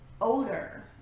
odor